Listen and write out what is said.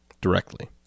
directly